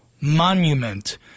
monument